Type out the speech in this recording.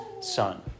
son